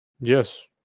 yes